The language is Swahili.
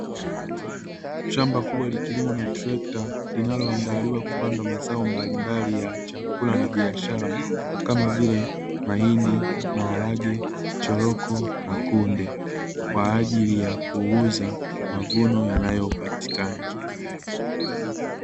Shamba kubwa likilimwa na trekta linaloandaliwa kupandwa mazao mbalimbali ya chakula na biashara kama vile mahindi, maharage, choroko na kunde kwa ajili yakuuza mavuno yanayopatikana.